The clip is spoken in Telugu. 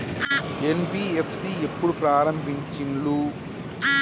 ఎన్.బి.ఎఫ్.సి ఎప్పుడు ప్రారంభించిల్లు?